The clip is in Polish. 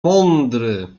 mądry